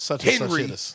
Henry